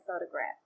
photograph